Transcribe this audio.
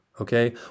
Okay